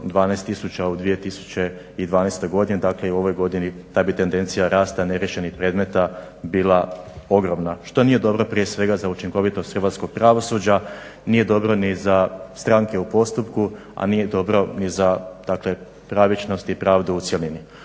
12000 u 2012. godini. Dakle, i u ovoj godini ta bi tendencija rasta neriješenih predmeta bila ogromna što nije dobro prije svega za učinkovitost hrvatskog pravosuđa, nije dobro ni za stranke u postupku, a nije dobro ni za dakle pravičnost i pravdu u cjelini.